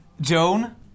Joan